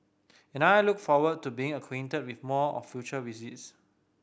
and I look forward to being acquainted with more on future visits